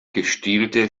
gestielte